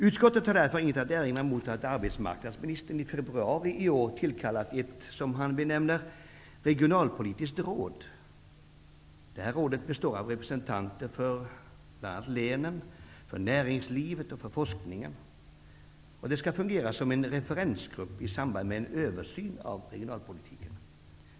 Utskottet har därför inget att erinra mot att arbetsmarknadsministern i februari i år har tillkallat ett, som han benämner det, regionalpolitiskt råd. Rådet består av representanter från bl.a. länen, näringslivet och forskningen. Det skall fungera som en referensgrupp i samband med en översyn av regionalpolitiken.